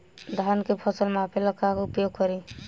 धान के फ़सल मापे ला का उपयोग करी?